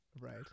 Right